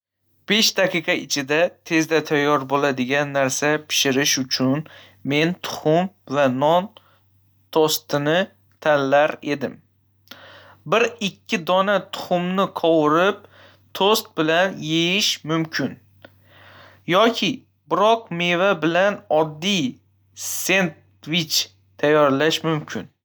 Besh daqiqa ichida tezda tayyor bo'ladigan narsa pishirish uchun, men tuxum va non tostini tanlar edim. Bir-ikki dona tuxumni qovurib, tost bilan yeyish mumkin, yoki biror meva bilan oddiy sendvich tayyorlash mumkin.